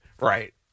Right